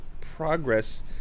progress